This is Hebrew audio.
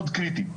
מאוד קריטי,